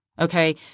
Okay